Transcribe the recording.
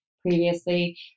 previously